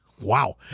Wow